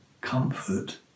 comfort